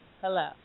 Hello